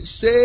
say